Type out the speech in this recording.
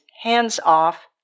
hands-off